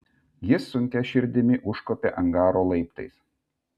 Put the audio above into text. jis sunkia širdimi užkopė angaro laiptais